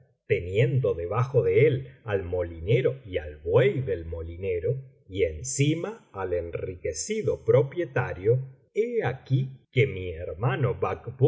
teniendo debajo de él al molinero y al buey del molinero y encima al enriquecido propietario he aquí que mi hermano